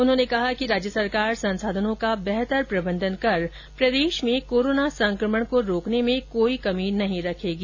उन्होंने कहा कि राज्य सरकार संसाधनों का बेहतर प्रबंधन कर प्रदेश में कोरोना संक्रमण को रोकने में कोई कमी नहीं रखेगी